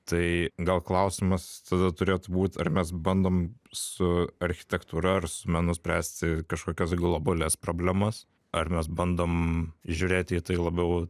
tai gal klausimas tada turėtų būt ar mes bandom su architektūra ar menu spręsti kažkokias globalias problemas ar mes bandom žiūrėti į tai labiau